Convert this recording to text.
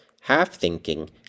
half-thinking